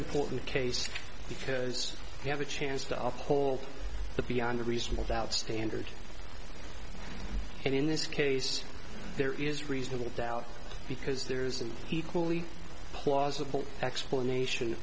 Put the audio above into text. important case because you have a chance to off the whole the beyond a reasonable doubt standard and in this case there is reasonable doubt because there is an equally plausible explanation